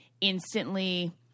instantly